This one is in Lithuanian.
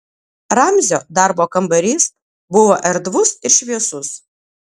ramzio darbo kambarys buvo erdvus ir šviesus